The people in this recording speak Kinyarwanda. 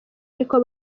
niko